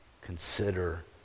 consider